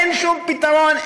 אין שום פתרון,